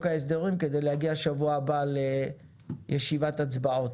ההסדרים כדי להגיע שבוע הבא לישיבת הצבעות,